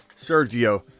Sergio